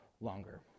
longer